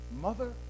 mother